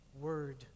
Word